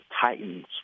Titans